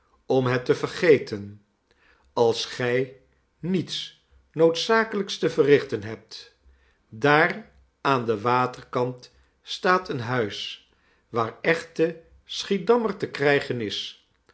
om het te vergeten als gij niets noodzakelijks te verrichten hebt daar aan den waterkant staat een huis waar echte schiedammer te krijgen is